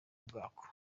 bwako